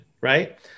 right